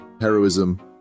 heroism